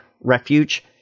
Refuge